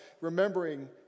remembering